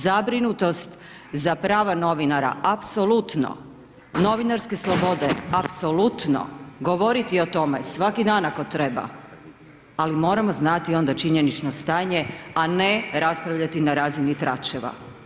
Zabrinutost za prava novinara, apsolutno, novinarske slobode apsolutno, govoriti o tome, svaki dan ako treba, ali moramo znati onda činjenično stanje a ne raspravljati na razini tračeva.